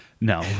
No